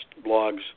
blogs